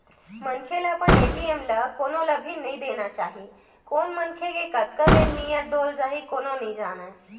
मनखे ल अपन ए.टी.एम ल कोनो ल भी नइ देना चाही कोन मनखे के कतका बेर नियत डोल जाही कोनो नइ जानय